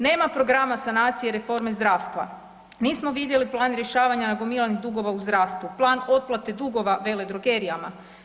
Nema programa sanacije reforme zdravstva, nismo vidjeli plan rješavanje nagomilanih dugova u zdravstvu, plan otplate dugova veledrogerijama.